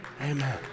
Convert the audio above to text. Amen